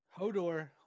Hodor